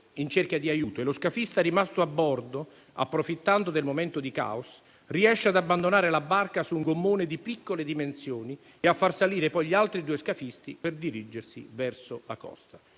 in cerca di aiuto e lo scafista rimasto a bordo, approfittando del momento di caos, riesce ad abbandonare la barca su un gommone di piccole dimensioni e a far salire poi gli altri due scafisti per dirigersi verso la costa.